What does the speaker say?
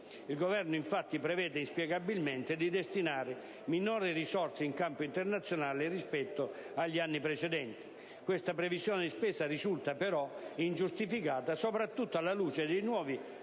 Il Governo, infatti, prevede inspiegabilmente di destinare minori risorse in campo internazionale rispetto agli anni precedenti. Questa previsione di spesa risulta, però, ingiustificata, soprattutto alla luce dei nuovi